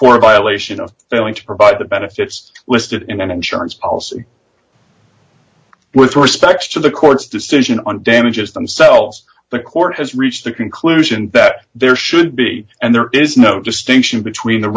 for a violation of failing to provide the benefits listed in an insurance policy with respect to the court's decision on damages themselves the court has reached the conclusion that there should be and there is no distinction between the